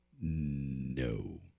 no